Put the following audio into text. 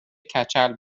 کچل